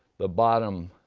the bottom